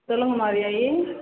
சொல்லுங்கள் மாரியாயி